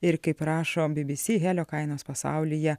ir kaip rašo bbc helio kainos pasaulyje